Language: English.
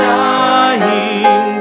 dying